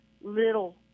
little